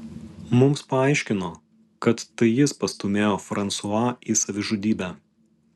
mums paaiškino kad tai jis pastūmėjo fransua į savižudybę